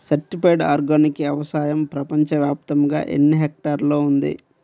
Certified organic వ్యవసాయం ప్రపంచ వ్యాప్తముగా ఎన్నిహెక్టర్లలో ఉంది?